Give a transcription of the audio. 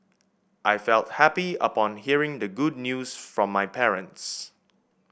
I felt happy upon hearing the good news from my parents